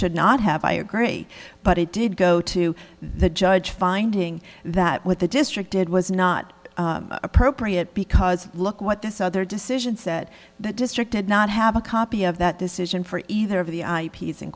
should not have i agree but it did go to the judge finding that what the district did was not appropriate because look what this other decision said the district had not have a copy of that decision for either of the piece in